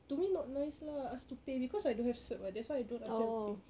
to me not nice lah ask to pay because I don't have cert [what] that's why I don't ask them to pay